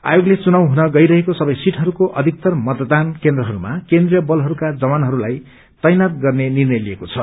आयोगले चुनाव हुन गइरहेको सबै सीटहरूको अधिक्तर मतदान केन्द्रहरूमा केन्द्रीय बलहरूका जवानहरूलाई तैनाथ गर्ने निर्णय लिएको छ